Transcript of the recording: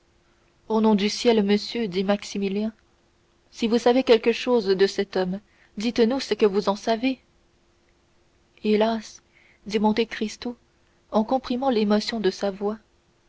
au nom du ciel monsieur dit maximilien si vous savez quelque chose de cet homme dites-nous ce que vous en savez hélas dit monte cristo en comprimant l'émotion de sa voix